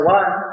one